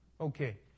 Okay